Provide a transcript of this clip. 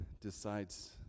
decides